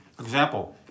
Example